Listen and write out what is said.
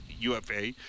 UFA